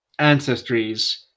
ancestries